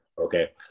Okay